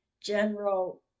General